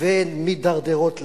ומידרדרות לתהום.